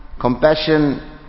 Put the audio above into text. compassion